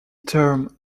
term